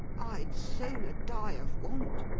i'd sooner die of want